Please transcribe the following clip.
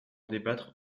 débattre